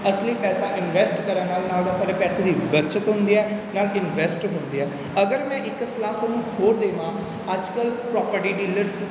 ਅਸਲੀ ਪੈਸਾ ਇਨਵੈਸਟ ਕਰਨ ਨਾਲ ਨਾਲੇ ਤਾਂ ਸਾਡੇ ਪੈਸੇ ਦੀ ਬੱਚਤ ਹੁੰਦੀ ਹੈ ਨਾਲੇ ਇਨਵੈਸਟ ਹੁੰਦੇ ਹੈ ਅਗਰ ਮੈਂ ਇੱਕ ਸਲਾਹ ਤੁਹਾਨੂੰ ਹੋਰ ਦੇਵਾਂ ਅੱਜ ਕੱਲ੍ਹ ਪ੍ਰੋਪਰਟੀ ਡੀਲਰਸ